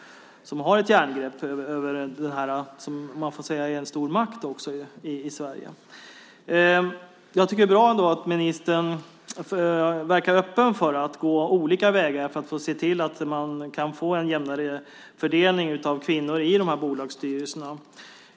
De har ett järngrepp över bolagen och också en stor makt i Sverige. Det är ändå bra att ministern verkar öppen för att gå olika vägar och se till att man kan få en jämnare fördelning av kvinnor i bolagsstyrelserna.